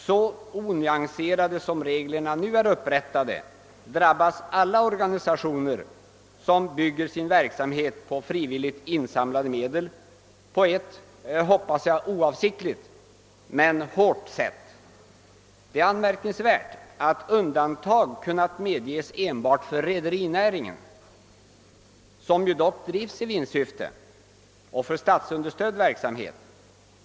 Så onyanserade som reglerna nu är drabbas alla organisationer, som bygger sin verksamhet på frivilligt insamlade medel, oavsiktligt — hoppas jag — mycket hårt. Det är anmärkningsvärt, att undantag kunnat medges enbart för rederinäringen, som ju dock drivs i vinstsyfte, och för statsunderstödd verksamhet.